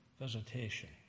visitation